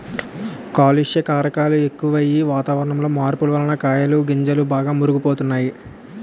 కాలుష్య కారకాలు ఎక్కువయ్యి, వాతావరణంలో మార్పు వలన కాయలు గింజలు బాగా మురుగు పోతున్నాయి